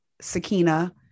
Sakina